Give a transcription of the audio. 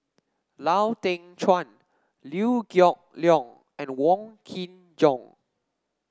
Lau Teng Chuan Liew Geok Leong and Wong Kin Jong